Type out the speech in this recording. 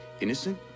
innocent